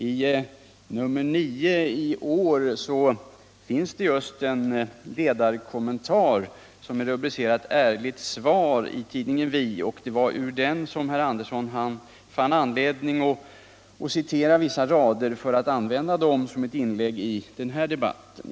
I nr 9 i år i tidningen Vi finns en ledarkommentar som är rubricerad Ärligt svar, och det var ur den som herr Andersson fann anledning att citera vissa rader för att använda dem som ett inlägg i den här debatten.